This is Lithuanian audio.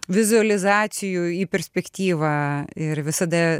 vizualizacijų į perspektyvą ir visada